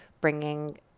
bringing